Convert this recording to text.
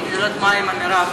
אני לא יודעת מה עם מרב,